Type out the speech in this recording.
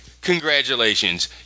congratulations